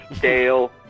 Dale